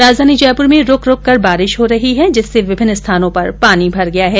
राजधानी जयपुर में रुक रुक कर बारिश हो रही है जिससे विभिन्न स्थानों पर पानी भर गया है